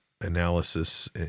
analysis